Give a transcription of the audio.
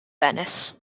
venice